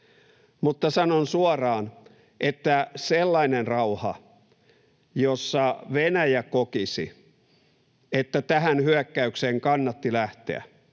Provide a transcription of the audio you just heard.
Mutta sanon suoraan, että sellainen rauha, jossa Venäjä kokisi, että tähän hyökkäykseen kannatti lähteä,